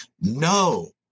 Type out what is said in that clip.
No